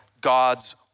God's